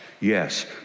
Yes